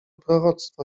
proroctwo